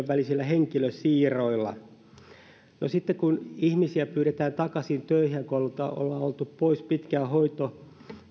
välisillä henkilösiirroilla sitten kun ihmisiä pyydetään takaisin töihin kun ollaan oltu pois pitkään